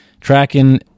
tracking